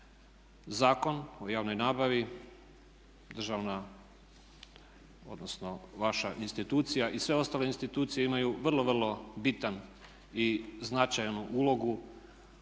Zakon o javnoj nabavi, državna odnosno vaša institucija i sve ostale institucije imaju vrlo, vrlo bitan i značajnu ulogu